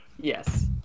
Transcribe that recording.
Yes